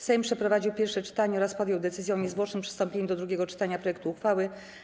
Sejm przeprowadził pierwsze czytanie oraz podjął decyzję o niezwłocznym przystąpieniu do drugiego czytania projektu uchwały.